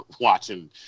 watching